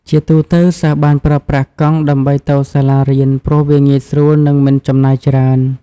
ជាទូទៅសិស្សបានប្រើប្រាស់កង់ដើម្បីទៅសាលារៀនព្រោះវាងាយស្រួលនិងមិនចំណាយច្រើន។